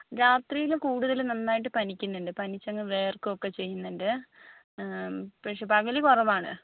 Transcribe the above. രാത്രിയില് കൂടുതല് നന്നായിട്ട് പനിക്കുന്നുണ്ട് പനിച്ചങ്ങ് വിയർക്കുവൊക്കെ ചെയ്യുന്നുണ്ട് പക്ഷെ പകല് കുറവാണ്